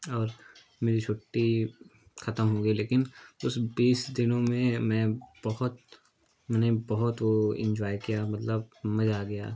और मेरी छुट्टी ख़त्म हो गई लेकिन उस बीस दिनों में मैं बहुत मैंने बहुत वह इन्जॉय किया मतलब मज़ा आ गया